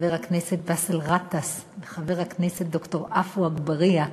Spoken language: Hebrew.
חבר הכנסת באסל גטאס, חבר הכנסת ד"ר עפו אגבאריה,